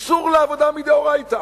איסור לעבודה מדאורייתא,